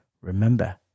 Remember